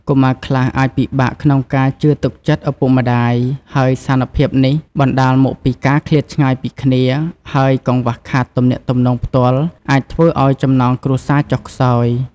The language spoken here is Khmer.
កុមារខ្លះអាចពិបាកក្នុងការជឿទុកចិត្តឪពុកម្ដាយ ហើយស្ថានភាពនេះបណ្ដាលមកពីការឃ្លាតឆ្ងាយពីគ្នា ហើយកង្វះខាតទំនាក់ទំនងផ្ទាល់អាចធ្វើឲ្យចំណងគ្រួសារចុះខ្សោយ។